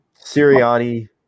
Sirianni